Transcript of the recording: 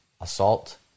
assault